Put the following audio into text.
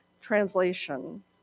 translation